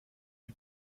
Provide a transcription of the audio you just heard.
lui